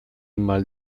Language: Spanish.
mal